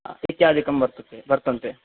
इत्यादिकं वर्तते वर्तन्ते